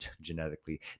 genetically